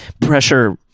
pressure